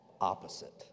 opposite